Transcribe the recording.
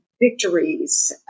victories